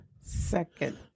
Second